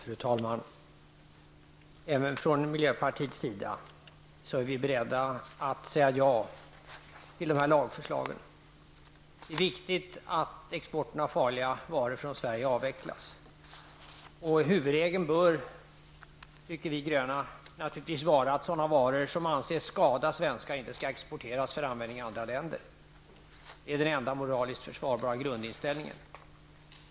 Fru talman! Även från miljöpartiets sida är vi beredda att säga ja till de här lagförslagen. Det är viktigt att exporten av farliga varor från Sverige avvecklas. Huvudregeln, tycker vi i miljöpartiet de gröna, bör naturligtvis vara att sådana varor som anses skada svenskar inte skall exporteras för användning i andra länder. Det är den enda moraliskt försvarbara grundinställningen.